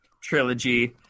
trilogy